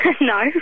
No